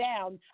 down